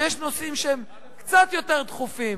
שיש נושאים קצת יותר דחופים.